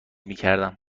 میکردم